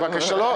לא.